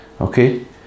Okay